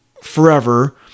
forever